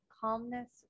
calmness